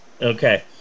Okay